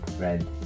red